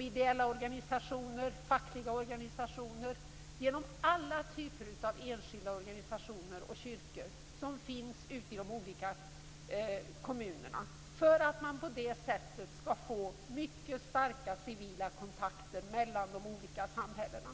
ideella organisationer, fackliga organisationer och alla andra typer av enskilda organisationer och kyrkor som finns ute i kommunerna, för att man på det sättet skall få mycket starka civila kontakter mellan de olika samhällena.